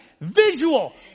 Visual